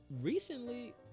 recently